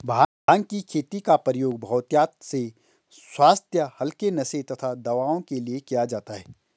भांग की खेती का प्रयोग बहुतायत से स्वास्थ्य हल्के नशे तथा दवाओं के लिए किया जाता है